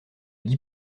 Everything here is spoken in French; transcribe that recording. dis